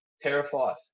Terrified